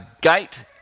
gate